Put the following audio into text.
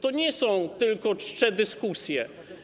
To nie są tylko czcze dyskusje.